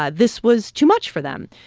ah this was too much for them.